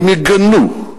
האם יגנו?